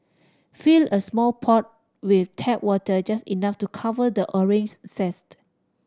fill a small pot with tap water just enough to cover the orange zest